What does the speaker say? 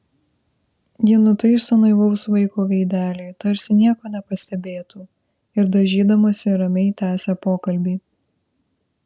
ji nutaiso naivaus vaiko veidelį tarsi nieko nepastebėtų ir dažydamasi ramiai tęsia pokalbį